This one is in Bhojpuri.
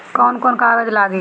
कौन कौन कागज लागी?